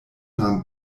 nahm